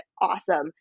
awesome